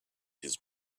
his